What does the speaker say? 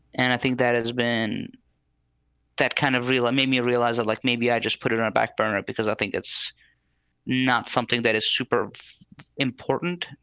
and i think that has been that kind of really made me realize, like maybe i just put it on a backburner because i think it's not something that is super important.